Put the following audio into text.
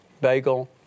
bagel